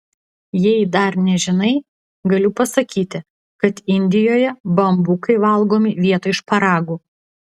jei dar nežinai galiu pasakyti kad indijoje bambukai valgomi vietoj šparagų